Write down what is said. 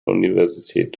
universität